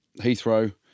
Heathrow